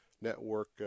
network